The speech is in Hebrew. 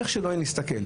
איך שלא נסתכל,